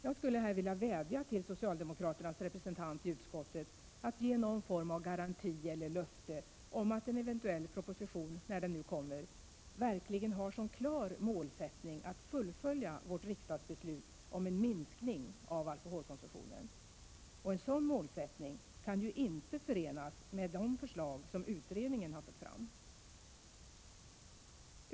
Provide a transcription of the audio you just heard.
Jag skulle här vilja vädja till socialdemokraternas representant i utskottet att ge någon form av garanti eller löfte om att en eventuell proposition — när den nu kommer — verkligen har som klar målsättning att fullfölja vårt riksdagsbeslut om en minskning av alkoholkonsumtionen. Och en sådan målsättning kan ju inte förenas med de förslag som utredningen har fört fram.